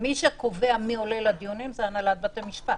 מי שקובע מי עולה לדיונים זה הנהלת בתי משפט.